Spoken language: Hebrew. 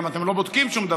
אתם גם לא בודקים שום דבר,